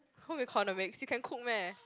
home economics you can cook meh